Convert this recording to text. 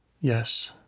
Yes